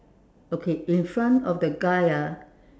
okay in front of the guy ah